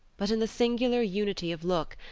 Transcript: but in the singular unity of look,